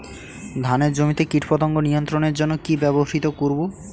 ধানের জমিতে কীটপতঙ্গ নিয়ন্ত্রণের জন্য কি ব্যবহৃত করব?